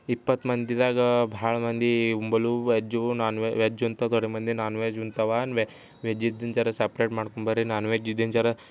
ಇಪ್ಪತ್ತು ಮಂದಿದಾಗ ಭಾಳ ಮಂದಿ ಉಂಬಲು ವೆಜ್ಜು ನಾನ್ವೆ ವೆಜ್ ಉಣ್ತಾ ಥೋರೆ ಮಂದಿ ನಾನ್ವೆಜ್ ಉಣ್ತಾವೆ ವೆ ವೆಜ್ ಇದ್ದಿದ್ ಜರಾ ಸೆಪ್ರೇಟ್ ಮಾಡ್ಕೊಂಡ್ ಬನ್ರಿ ನಾನ್ವೆಜ್ ಇದ್ದಿದ್ ಜರಾ